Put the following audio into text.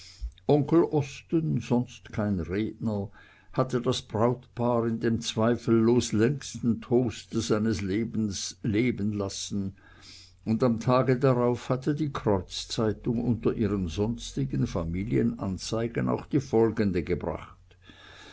onkel osten sonst kein redner hatte das brautpaar in dem zweifellos längsten toaste seines lebens leben lassen und am tage darauf hatte die kreuzzeitung unter ihren sonstigen familienanzeigen auch die folgende gebracht